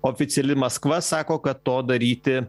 oficiali maskva sako kad to daryti